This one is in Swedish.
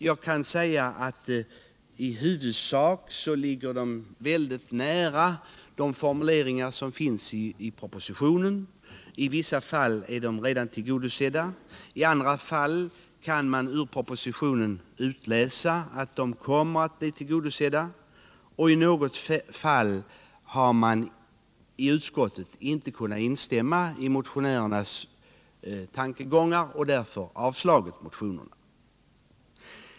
Jag vill dock säga att vad som framförts i motionerna ligger väldigt nära de formuleringar som finns i propositionen —- i vissa fall är yrkandena tillgodosedda, i andra fall kan man ur propositionen utläsa att de kommer att bli det och i något fall har utskottet inte kunnat instämma i motionärernas tankegångar och därför avslagit motionerna. Herr talman!